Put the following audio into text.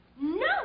no